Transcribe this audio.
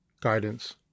Guidance